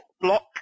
block